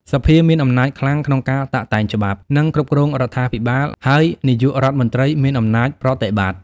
សភាមានអំណាចខ្លាំងក្នុងការតាក់តែងច្បាប់ និងគ្រប់គ្រងរដ្ឋាភិបាល ហើយ នាយករដ្ឋមន្ត្រីមានអំណាចប្រតិបត្តិ។